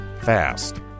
fast